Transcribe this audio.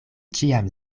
ĉiam